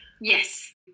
Yes